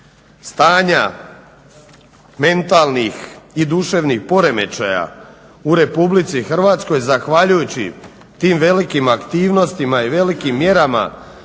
stanja mentalnih i duševnih poremećaja u Republici Hrvatskoj zahvaljujući tim velikim aktivnostima i velikim mjerama